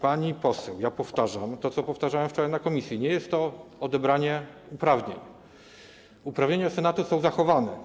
Pani poseł, powtarzam to, co powtarzałem wczoraj w komisji: nie jest to odebranie uprawnień, uprawnienia Senatu są zachowane.